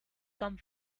come